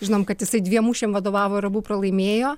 žinom kad jisai dviem mūšiam vadovavo ir abu pralaimėjo